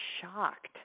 shocked